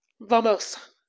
Vamos